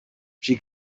she